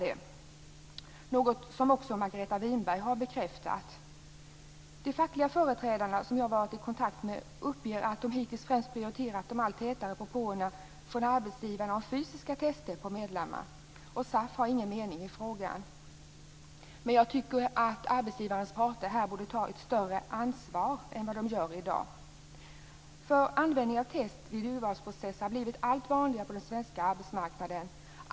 Det är något som också Margareta Winberg har bekräftat. De fackliga företrädare som jag har varit i kontakt med uppger att de hittills främst prioriterat de allt tätare propåerna från arbetsgivare om fysiska test på medlemmar. SAF har ingen mening i frågan. Men jag tycker att arbetsgivarens parter här borde ta ett större ansvar än vad de gör i dag. Användningen av test vid urvalsprocesser har nämligen blivit allt vanligare på den svenska arbetsmarknaden.